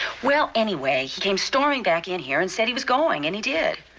well, anyway he came storming back in here and said he was going. and he did.